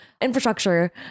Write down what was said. infrastructure